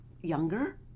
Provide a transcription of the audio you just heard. younger